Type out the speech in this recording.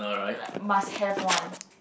like must have one